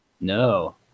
No